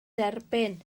derbyn